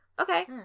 okay